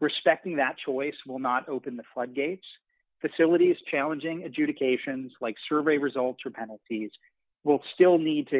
respecting that choice will not open the floodgates facilities challenging adjudications like survey results or penalties will still need to